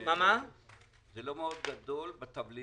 בתבלינים אני יודע שיש בעיה נוספת והיא